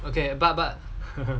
okay but but